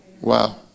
Wow